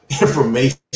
information